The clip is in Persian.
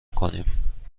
کنیم